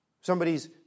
Somebody's